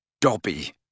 Dobby